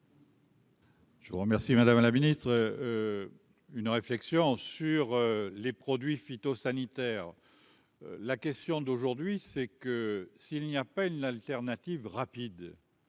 Je vous remercie, madame la ministre, une réflexion sur les produits phytosanitaires, la question d'aujourd'hui c'est que s'il n'y a pas une alternative rapide,